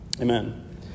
Amen